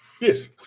Yes